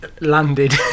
landed